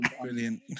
Brilliant